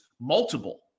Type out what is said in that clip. multiple